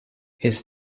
his